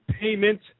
payment